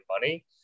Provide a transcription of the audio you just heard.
money